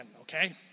okay